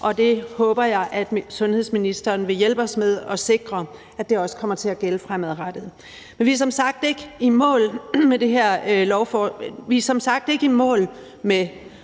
Det håber jeg at sundhedsministeren vil hjælpe os med at sikre også kommer til at gælde fremadrettet. Vi er som sagt ikke i mål med